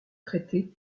traité